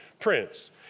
prince